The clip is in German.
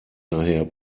daher